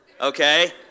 Okay